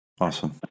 Awesome